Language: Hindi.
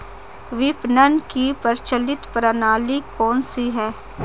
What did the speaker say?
विपणन की प्रचलित प्रणाली कौनसी है?